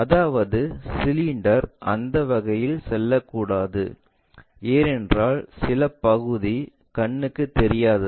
அதாவது சிலிண்டர் அந்த வழியில் செல்லக்கூடும் ஏனென்றால் சில பகுதி கண்ணுக்கு தெரியாதது